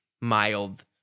mild